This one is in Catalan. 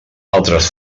altres